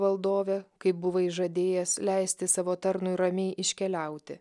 valdove kaip buvai žadėjęs leisti savo tarnui ramiai iškeliauti